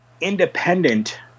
independent